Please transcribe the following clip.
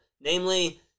namely